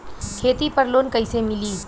खेती पर लोन कईसे मिली?